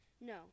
no